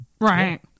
Right